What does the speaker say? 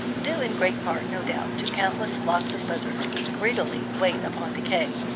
due in great part, no doubt, to countless flocks of buzzards which greedily wait upon decay.